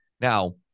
Now